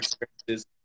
experiences